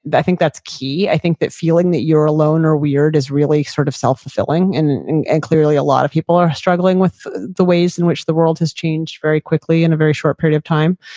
but i think that's key. i think that feeling that you're alone or weird is really sort of self-fulfilling and clearly a lot of people are struggling with the ways in which the world has changed very quickly in a very short period of time.